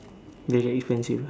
very expensive ah